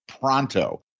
Pronto